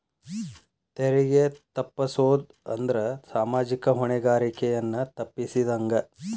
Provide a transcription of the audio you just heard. ತೆರಿಗೆ ತಪ್ಪಸೊದ್ ಅಂದ್ರ ಸಾಮಾಜಿಕ ಹೊಣೆಗಾರಿಕೆಯನ್ನ ತಪ್ಪಸಿದಂಗ